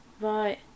Right